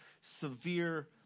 severe